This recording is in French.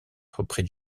reprit